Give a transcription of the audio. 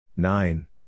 Nine